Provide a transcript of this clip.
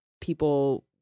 people